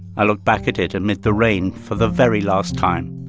i look back at it amid the rain for the very last time,